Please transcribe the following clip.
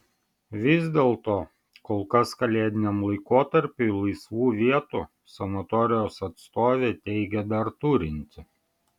vis dėlto kol kas kalėdiniam laikotarpiui laisvų vietų sanatorijos atstovė teigė dar turinti